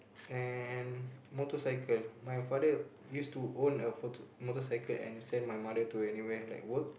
and motorcycle my father used to own a motor~ motorcycle and send my mother to anywhere like work